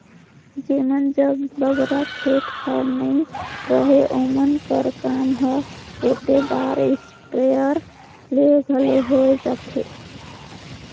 जेमन जग बगरा खेत खाएर नी रहें ओमन कर काम हर ओटेदार इस्पेयर ले घलो होए जाथे